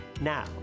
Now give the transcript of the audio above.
Now